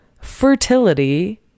Fertility